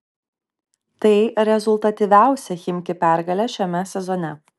tai rezultatyviausia chimki pergalė šiame sezone